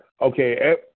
okay